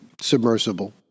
submersible